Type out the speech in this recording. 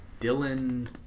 Dylan